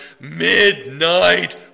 Midnight